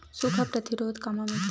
सुखा प्रतिरोध कामा मिलथे?